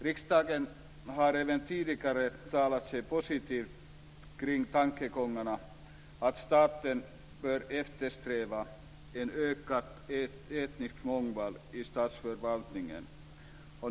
Riksdagen har även tidigare uttalat sig positivt om tankegångarna att staten bör eftersträva en ökad etnisk mångfald i statsförvaltningen.